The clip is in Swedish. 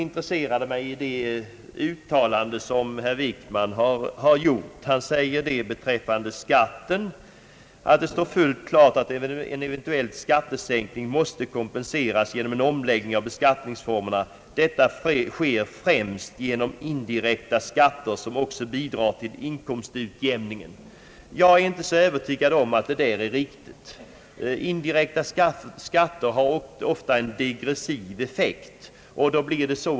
Statsrådet Wickman sade beträffande skatten att det står fullt klart att en eventuell skattesänkning måste kompenseras genom en omläggning av beskattningsformerna. Detta sker främst genom indirekta skatter, som också bidrar till inkomstutjämningen. Jag är inte övertygad om att detta är riktigt. Indirekta skatter har ofta en degressiv effekt.